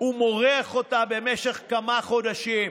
ומורח אותה במשך כמה חודשים.